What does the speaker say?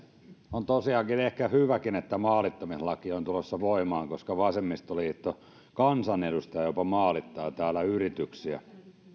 on tosiaankin ehkä hyväkin että maalittamislaki on tulossa voimaan koska vasemmistoliiton kansanedustaja jopa maalittaa täällä yrityksiä